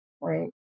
right